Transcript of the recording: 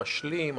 המשלים,